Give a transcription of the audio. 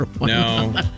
No